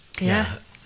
Yes